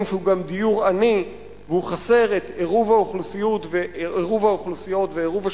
שהוא גם דיור עני והוא חסר את עירוב האוכלוסיות ועירוב השימושים,